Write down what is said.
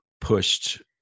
pushed